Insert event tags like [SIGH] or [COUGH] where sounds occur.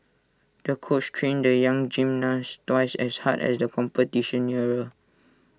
the coach trained the young gymnast twice as hard as the competition [UNINTELLIGIBLE]